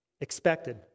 Expected